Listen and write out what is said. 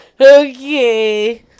Okay